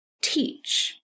teach